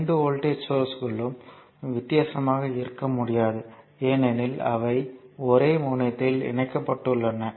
2 voltage சோர்ஸ்களும் வித்தியாசமாக இருக்க முடியாது ஏனெனில் அவை ஒரே முனையத்தில் இணைக்கப்பட்டுள்ளன